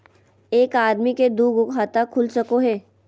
एक आदमी के दू गो खाता खुल सको है?